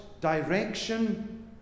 direction